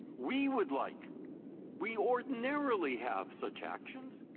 we would like we ordinarily have such actions.